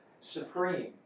Supreme